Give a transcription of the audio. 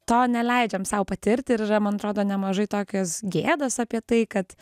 to neleidžiam sau patirt ir yra man atrodo nemažai tokios gėdos apie tai kad